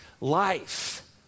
life